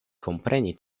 kompreni